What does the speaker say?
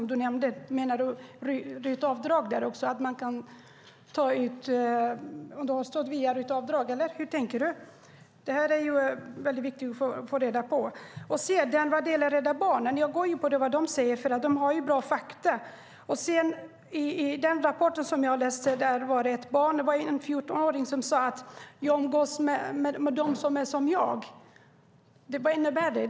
Menar du att man kan ta ut underhållsstöd via RUT-avdrag, eller hur tänker du? Det är viktigt att få reda på det. Jag utgår från vad Rädda Barnen säger, för de har bra fakta. I den rapport som jag läste var det en 14-åring som sade: Jag umgås med dem som är som jag. Vad innebär det?